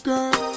Girl